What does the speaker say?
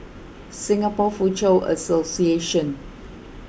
Singapore Foochow Association